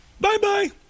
Bye-bye